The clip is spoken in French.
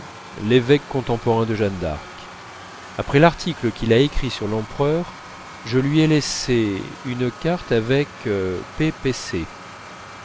l'évêque contemporain de jeanne d'arc après l'article qu'il a écrit sur l'empereur je lui ai laissé une carte avec p p c